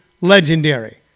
legendary